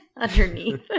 Underneath